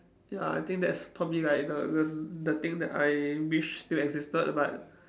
ya I think that's probably like the the the thing that I wish still existed but